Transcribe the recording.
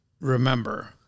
remember